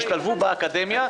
שישתלבו באקדמיה,